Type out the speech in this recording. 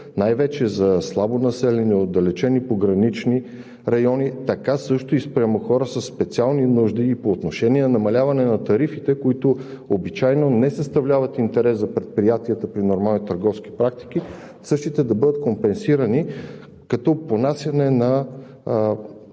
най-вече за слабонаселени, отдалечени, погранични райони, така също и спрямо хора със специални нужди и по отношение на намаляване на тарифите, които обичайно не съставляват интерес за предприятията при нормални търговски практики, същите да бъдат компенсирани като понасяне на